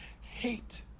hate